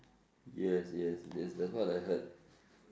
yes yes that's that's what I heard